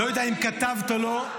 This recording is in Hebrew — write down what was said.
אני לא יודע אם כתבת או לא,